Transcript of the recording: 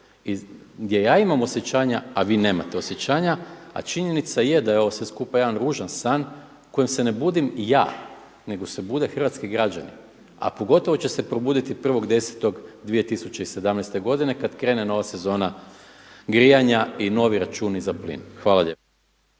gdje ja imamo osjećanja, a vi nemate osjećanja. A činjenica je da je ovo skupa jedan ružan san u kojem se ne budim ja nego se bude hrvatski građani, a pogotovo će se probuditi 1.10.2017. godine kada krene nova sezona grijanja i novi računi za plin. Hvala lijepo.